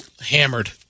hammered